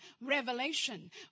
revelation